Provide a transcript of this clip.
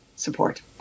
support